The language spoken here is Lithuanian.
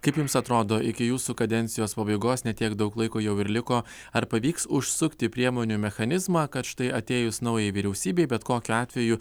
kaip jums atrodo iki jūsų kadencijos pabaigos ne tiek daug laiko jau ir liko ar pavyks užsukti priemonių mechanizmą kad štai atėjus naujai vyriausybei bet kokiu atveju